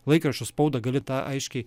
laikraščius spaudą gali tą aiškiai